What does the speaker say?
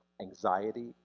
Anxiety